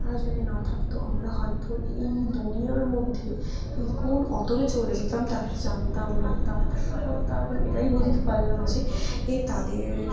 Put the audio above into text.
তারা যদি না থাকত আমরা হয়তো এই দুনিয়ার মধ্যে এই কোন অতলে চলে যেতাম তা জানতাম না তা ও তারপর এটাই বুঝতে পারলাম যে এ তাদের